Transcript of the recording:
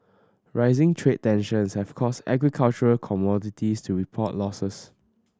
rising trade tensions have caused agricultural commodities to report losses